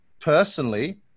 personally